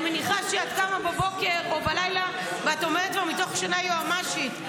אני מניחה שאת קמה בבוקר או בלילה ואומרת מתוך שינה יועמ"שית.